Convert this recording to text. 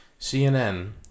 CNN